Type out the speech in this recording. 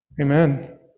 Amen